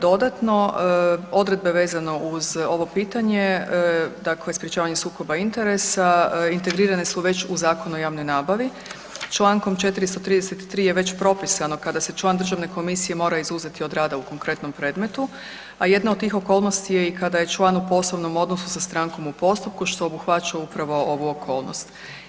Dodatno, odredbe vezane uz ovo pitanje, dakle sprječavanje sukoba interesa, integrirane su već u Zakonu o javnoj nabavi, čl. 433. je već propisano kada se član Državne komisije mora izuzeti od rada u konkretnom predmetu a jedna od tih okolnosti je i kada je član u poslovnom odnosu sa strankom u postupku, što obuhvaća upravo ovu okolnost.